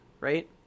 right